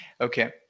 okay